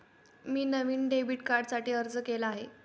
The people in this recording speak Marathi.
मी नवीन डेबिट कार्डसाठी अर्ज केला आहे